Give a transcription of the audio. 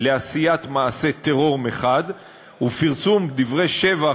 לעשיית מעשה טרור מחד גיסא ופרסום דברי שבח,